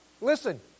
listen